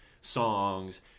songs